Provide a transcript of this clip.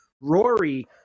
Rory